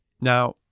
Now